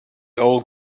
old